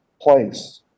place